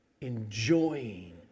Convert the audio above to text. enjoying